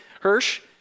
Hirsch